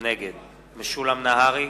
נגד משולם נהרי,